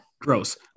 gross